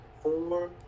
four